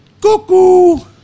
Cuckoo